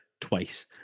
twice